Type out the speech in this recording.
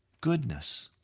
goodness